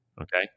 Okay